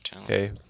Okay